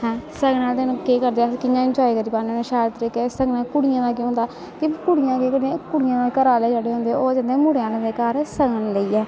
हैं सगन आह्ले दिन केह् करदे अस कियां इनजाए करी पान्ने होन्ने शैल तरीके कन्नै सगनै कुड़ियें दा केह् होंदा कि कुड़ियां केह् करदियां कुड़ियें दे घरा आह्ले जेह्ड़े होंदे ओह् जंदे मुड़े आह्ले दे घर सगन लेइयै